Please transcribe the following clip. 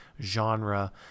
genre